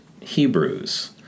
Hebrews